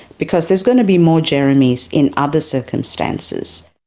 because there's going to be more jeremys in other circumstances.